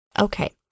Okay